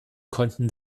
konnten